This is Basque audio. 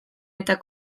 eta